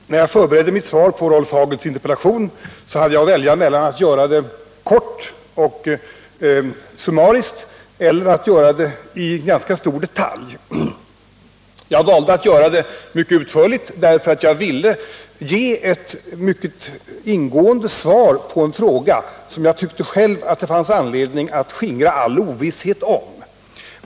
Herr talman! När jag förberedde mitt svar på Rolf Hagels interpellation hade jag att välja mellan att göra det kort och summariskt eller att göra det i ganska stor detalj. Jag valde att göra det mycket utförligt, eftersom jag ville ge ett mycket ingående svar på en fråga där jag själv tyckte att det fanns anledning att skingra all förekommande ovisshet.